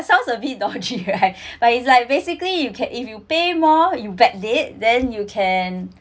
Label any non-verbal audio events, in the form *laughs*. sounds a bit dodgy right *laughs* but it's like basically you can if you pay more you bad date then you can